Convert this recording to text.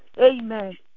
Amen